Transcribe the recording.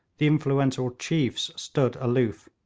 the influential chiefs stood aloof,